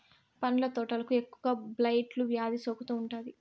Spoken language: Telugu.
పండ్ల తోటలకు ఎక్కువగా బ్లైట్ వ్యాధి సోకుతూ ఉంటాది